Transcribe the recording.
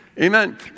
Amen